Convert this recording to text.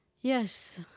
Yes